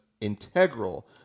integral